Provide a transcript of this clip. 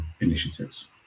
initiatives